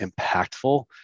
impactful